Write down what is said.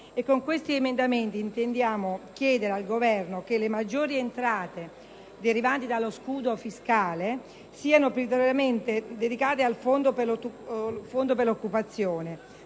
Con tali emendamenti intendiamo chiedere al Governo che le maggiori entrate derivanti dallo scudo fiscale siano prioritariamente dedicate al Fondo per l'occupazione.